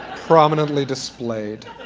prominently displayed.